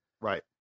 Right